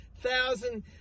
thousand